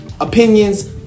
opinions